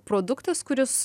produktas kuris